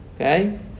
Okay